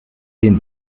zehn